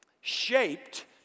shaped